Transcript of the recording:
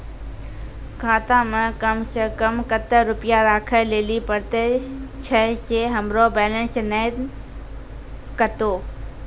खाता मे कम सें कम कत्ते रुपैया राखै लेली परतै, छै सें हमरो बैलेंस नैन कतो?